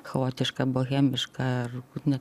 chaotišką bohemišką ar net